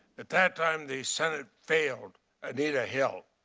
at that time the senate failed anita hill.